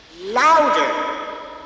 louder